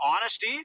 honesty